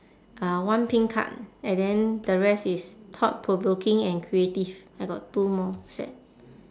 uh one pink card and then the rest is thought-provoking and creative I got two more set